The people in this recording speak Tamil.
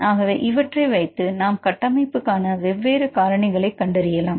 ஆகவே இவற்றை வைத்து நாம் கட்டமைப்புக்கான வெவ்வேறு காரணிகளை கண்டறியலாம்